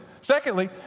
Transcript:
secondly